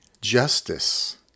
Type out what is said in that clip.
justice